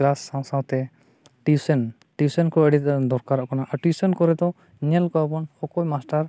ᱥᱟᱶᱼᱥᱟᱶᱛᱮ ᱠᱚ ᱟᱹᱰᱤᱜᱮ ᱫᱚᱨᱠᱟᱨᱚᱜ ᱠᱟᱱᱟ ᱟᱨ ᱠᱚᱨᱮᱫᱚ ᱧᱮᱞ ᱠᱚᱣᱟ ᱵᱚᱱ ᱚᱠᱚᱭ